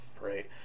right